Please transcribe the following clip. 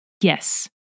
Yes